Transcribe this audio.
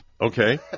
Okay